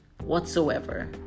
whatsoever